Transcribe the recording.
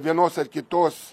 vienos ar kitos